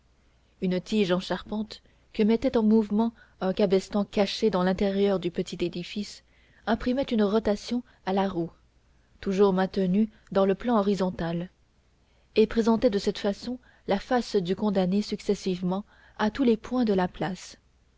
une tige en charpente que mettait en mouvement un cabestan caché dans l'intérieur du petit édifice imprimait une rotation à la roue toujours maintenue dans le plan horizontal et présentait de cette façon la face du condamné successivement à tous les points de la place